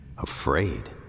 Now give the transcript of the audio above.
afraid